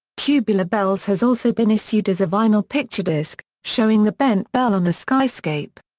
tubular bells has also been issued as a vinyl picture disc, showing the bent bell on a skyscape.